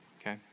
okay